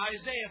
Isaiah